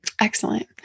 excellent